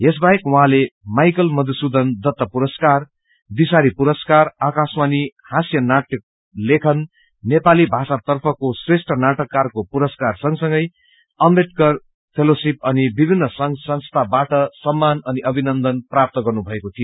यसबाहेक उहाँले माइकल मधुसुधन दत्त पुरसकार दिशारी पुरस्कार आकाशाणी हास्य नाटक लेखन नोपाली भाषातर्फको श्रेष्ठ नाटककारको पुरस्कार संगसंगै अम्बेदकर फेलोशिप अनि विभिन्न संघ संस्थाबाट सममान अनि अभिनन्दन प्राप्त गन्नु भएको थियो